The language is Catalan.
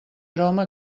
aroma